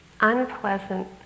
unpleasant